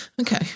Okay